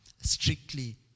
strictly